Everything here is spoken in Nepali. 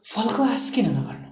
फलको आस किन नगर्नु